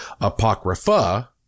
apocrypha